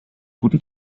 guten